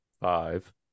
five